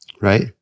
Right